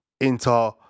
Inter